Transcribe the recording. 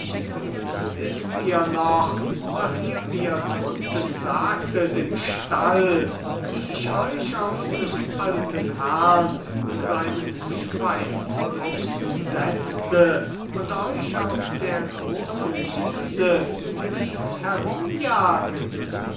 und wißt ihr noch was ihr mir drunten sagtet im stall wie ich euch auf des alten herrn seinen schweißfuchsen setzte und euch auf der großen wiese ließ